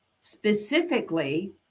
specifically